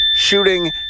Shooting